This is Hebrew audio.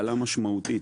עלה משמעותית